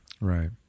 Right